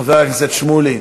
חבר הכנסת שמולי,